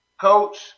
Coach